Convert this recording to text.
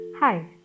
Hi